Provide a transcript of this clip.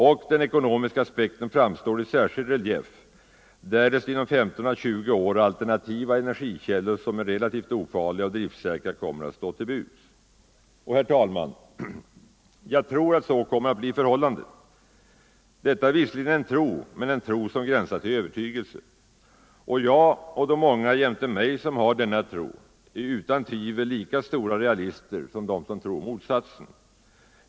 Och den ekonomiska aspekten framstår i särskild relief därest inom 15 å 20 år alternativa energikällor som är relativt ofarliga och driftsäkra kommer att stå till buds. Herr talman! Jag tror att så kommer att bli förhållandet. Detta är visserligen en tro, men en tro som gränsar till övertygelse. Och jag och de många jämte mig som har denna tro är utan tvivel lika stora realister som de som tror motsatsen.